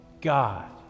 God